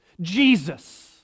Jesus